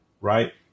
right